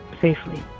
safely